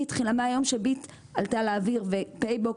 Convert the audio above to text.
מהיום ש"ביט" ו"פייבוקס"